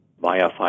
via